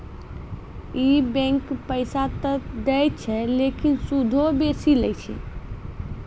इ बैंकें पैसा त दै छै लेकिन सूदो बेसी लै छै